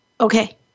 Okay